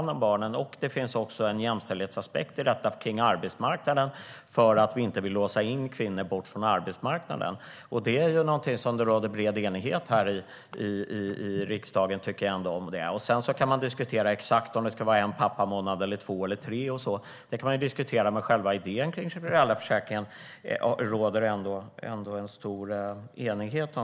Det finns också en jämställdhetsaspekt i fråga om arbetsmarknaden så att vi inte låser in kvinnor bort från arbetsmarknaden. Det råder bred enighet i riksdagen om dessa frågor. Sedan kan man diskutera om det ska vara en pappamånad, två eller tre. Men själva idén om föräldraförsäkringen råder det ändå en stor enighet om.